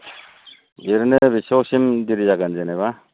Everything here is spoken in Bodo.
ओरैनो बेसेबांसिम देरि जागोन जेनेबा